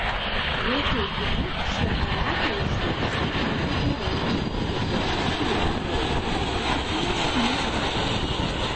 jo teigimu šie aparatai užduotis atlieka gerai jie taip pat yra gerokai patikimesni